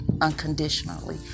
unconditionally